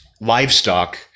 livestock